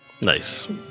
Nice